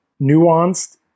nuanced